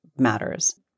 matters